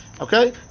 Okay